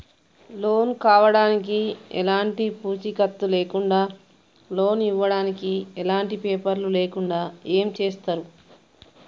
Loan కావడానికి ఎలాంటి పూచీకత్తు లేకుండా లోన్ ఇవ్వడానికి ఎలాంటి పేపర్లు లేకుండా ఏం చేస్తారు?